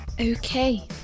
Okay